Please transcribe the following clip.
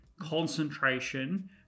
concentration